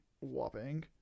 whopping